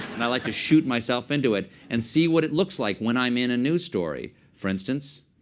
and i like to shoot myself into it and see what it looks like when i'm in a news story. for instance,